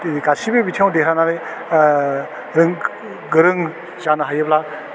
दिनै गासैबो बिथिंआव देरहानानै जों गोरों जानो हायोब्ला